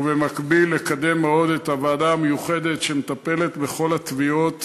ובמקביל לקדם מאוד את הוועדה המיוחדת שמטפלת בכל התביעות